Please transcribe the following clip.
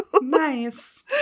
Nice